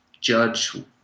judge